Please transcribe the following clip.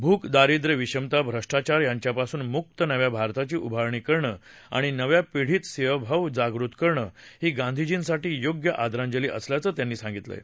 भूक दारिद्र्य विषमता भ्रष्टाचार यांच्यापासून मूक्क नव्या भारताची उभारणी करणं अणि नव्या पिढीत सेवाभाव जागृत ठेवणं ही गांधीर्जीसाठी योग्य आदरांजली असल्याचंही त्यांनी म्हटलंय